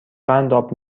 قنداب